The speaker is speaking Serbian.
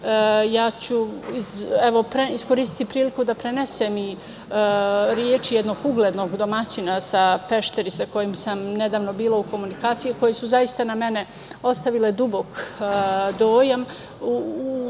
ću iskoristiti priliku da prenesem i reči jednog uglednog domaćina sa Peštera sa kojim sam nedavno bila u komunikaciji, koji su zaista na mene ostavile dubok dojam.